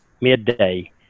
midday